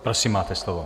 Prosím, máte slovo.